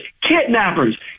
kidnappers